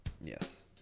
Yes